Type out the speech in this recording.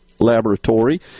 laboratory